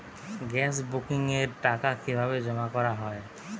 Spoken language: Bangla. গ্যাস বুকিংয়ের টাকা কিভাবে জমা করা হয়?